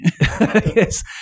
Yes